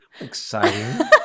exciting